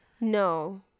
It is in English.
No